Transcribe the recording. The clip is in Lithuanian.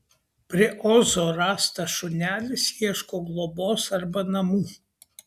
prie ozo rastas šunelis ieško globos arba namų